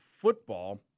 football